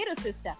sister